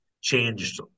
changed